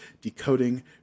decoding